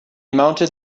mounted